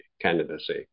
candidacy